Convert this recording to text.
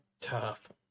tough